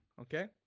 Okay